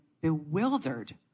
bewildered